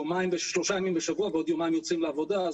שלושה ימים בשבוע ועוד יומיים יוצאים לעבודה,